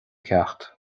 ceacht